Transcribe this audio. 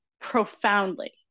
profoundly